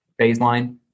baseline